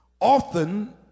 often